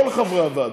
כל חברי הוועדה,